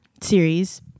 series